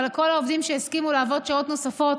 אבל עם כל העובדים שהסכימו לעבוד שעות נוספות,